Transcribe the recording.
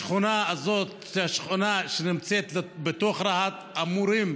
בשכונה הזאת, השכונה שנמצאת בתוך רהט, אמורים,